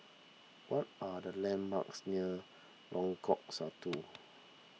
what are the landmarks near Lengkok Satu